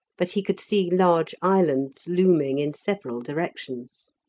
but he could see large islands looming in several directions.